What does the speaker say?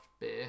Beer